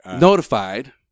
notified